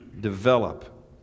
develop